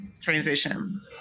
transition